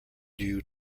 due